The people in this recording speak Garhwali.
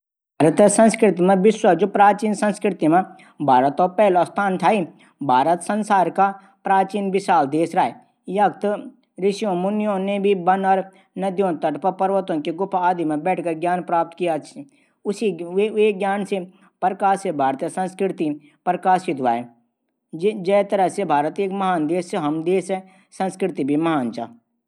तू हर बार सबसे अचछे तोहफा चुनदी त्यार जू तोहफा हूंदा जू भी चीज लेंदी बहुत अच्छी हूंदन। कुछ दिन पैली तिन माता रानी फोटो ले छाई बहुत अच्छी छा वा। वे दिन दियाखी मि तेरे लिंई चीज बहुत अच्छी हूदनी। एक दिन मिन जाण ना गिफ्ट लेणू त तुम मेरी मदद कैरी दे।